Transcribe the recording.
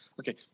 okay